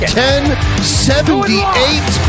1078